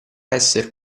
esser